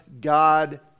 God